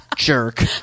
jerk